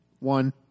One